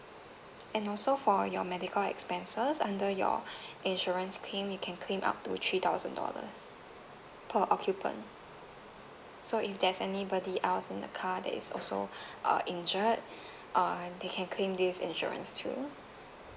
and also for your medical expenses under your insurance claim you can claim up to three thousand dollars per occupant so if there's anybody else in the car that is also uh injured uh they can claim this insurance too